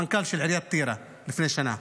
המנכ"ל של עיריית טירה, לפני שנה.